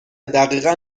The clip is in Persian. دقیقا